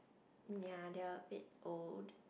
ya they're a bit old